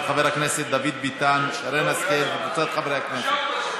של חברי הכנסת דוד ביטן ושרן השכל וקבוצת חברי הכנסת.